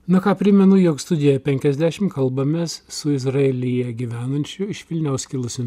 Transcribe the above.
na ką primenu jog studijoj penkiasdešim kalbamės su izraelyje gyvenančiu iš vilniaus kilusiu